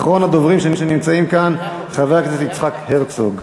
אחרון הדוברים שנמצאים כאן: חבר הכנסת יצחק הרצוג.